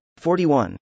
41